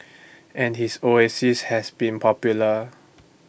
and his oasis has been popular